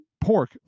pork